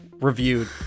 reviewed